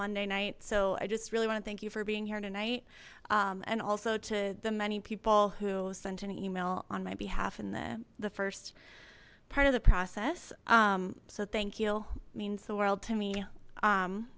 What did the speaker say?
monday night so i just really want to thank you for being here tonight and also to the many people who sent an email on my behalf in the the first part of the process so thank you means the world to me